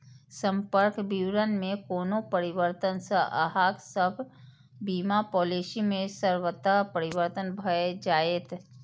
संपर्क विवरण मे कोनो परिवर्तन सं अहांक सभ बीमा पॉलिसी मे स्वतः परिवर्तन भए जाएत